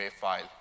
file